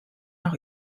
noch